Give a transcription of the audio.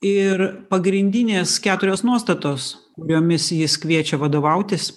ir pagrindinės keturios nuostatos kuriomis jis kviečia vadovautis